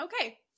Okay